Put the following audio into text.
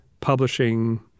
publishing